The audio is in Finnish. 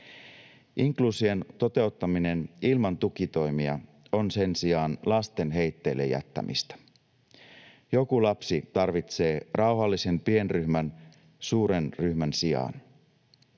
Inkluusion toteuttaminen ilman tukitoimia on sen sijaan lasten heitteillejättämistä. Joku lapsi tarvitsee rauhallisen pienryhmän suuren ryhmän sijaan.